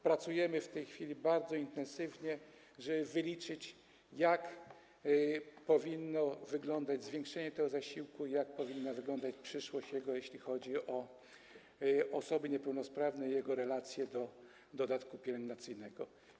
Pracujemy w tej chwili bardzo intensywnie, żeby wyliczyć, jak powinno wyglądać zwiększenie tego zasiłku, jak powinna wyglądać jego przyszłość, jeśli chodzi o osoby niepełnosprawne i o jego relację do dodatku pielęgnacyjnego.